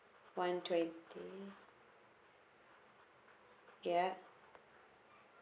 one twenty yup